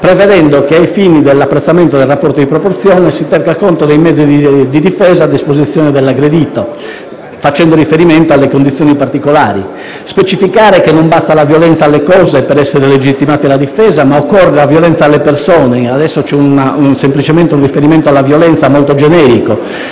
prevedendo che ai fini dell'apprezzamento del rapporto di proporzione si tenga conto dei mezzi di difesa a disposizione dell'aggredito, facendo riferimento alle condizioni particolari; specificare che non basta la violenza alle cose per essere legittimati alla difesa ma occorre la violenza alle persone (adesso c'è semplicemente un riferimento alla violenza molto generico);